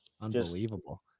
unbelievable